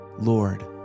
Lord